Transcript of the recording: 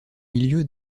milieu